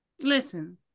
Listen